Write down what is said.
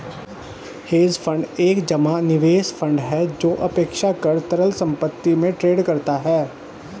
hedge fund एक जमा निवेश फंड है जो अपेक्षाकृत तरल संपत्ति में ट्रेड करता है